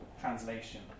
translation